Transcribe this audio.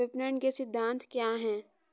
विपणन के सिद्धांत क्या हैं?